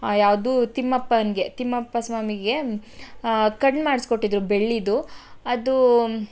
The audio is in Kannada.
ಯಾವುದು ತಿಮ್ಮಪ್ಪನಿಗೆ ತಿಮ್ಮಪ್ಪ ಸ್ವಾಮಿಗೆ ಕಣ್ಣು ಮಾಡ್ಸಿಕೊಟ್ಟಿದ್ರು ಬೆಳ್ಳಿದು ಅದು